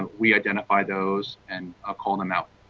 um we identify those and ah call them out.